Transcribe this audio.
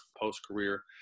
post-career